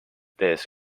tehes